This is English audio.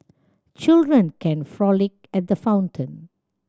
children can frolic at the fountain